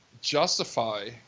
justify